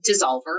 dissolver